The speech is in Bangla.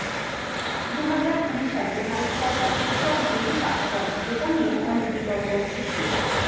দুহাজার কুড়ি সালে ভারত সরকার কৃষক বিল পাস করে যেটা নিয়ে অনেক বিতর্ক সৃষ্টি হয়